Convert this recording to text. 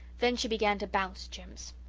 then she began to bounce jims.